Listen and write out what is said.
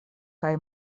kaj